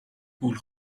گول